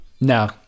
No